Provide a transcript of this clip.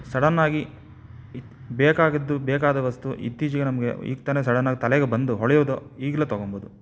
ಸಡನ್ನಾಗಿ ಈ ಬೇಕಾಗಿದ್ದು ಬೇಕಾದ ವಸ್ತು ಇತ್ತೀಚೆಗೆ ನಮಗೆ ಈಗ ತಾನೆ ಸಡನ್ನಾಗಿ ತಲೆಗೆ ಬಂದು ಹೊಳೆಯೋದು ಈಗಲೇ ತಗೋಬೋದು